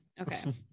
okay